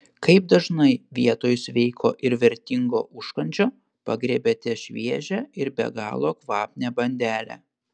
kaip dažnai vietoj sveiko ir vertingo užkandžio pagriebiate šviežią ir be galo kvapnią bandelę